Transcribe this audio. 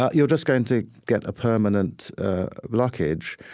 ah you're just going to get a permanent blockage.